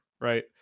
right